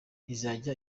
izajya